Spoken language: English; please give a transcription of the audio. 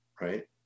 right